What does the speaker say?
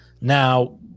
Now